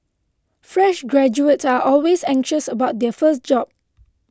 fresh graduates are always anxious about their first job